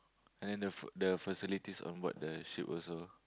and the f~ the facilities on board the ship also